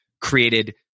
created